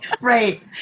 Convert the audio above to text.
Right